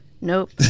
Nope